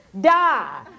Die